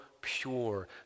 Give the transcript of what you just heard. pure